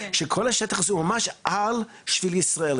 שכל הטח הזה הוא ממש על שביל ישראל.